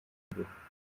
imbere